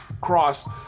Cross